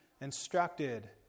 instructed